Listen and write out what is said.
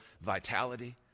vitality